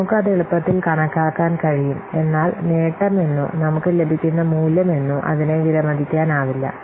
നമുക്ക് അത് എളുപ്പത്തിൽ കണക്കാക്കാൻ കഴിയും എന്നാൽ നേട്ടമെന്നോ നമുക്ക് ലഭിക്കുന്ന മൂല്യം എന്നോ അതിനെ വിലമതിക്കാനാവില്ല